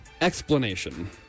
explanation